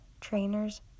trainers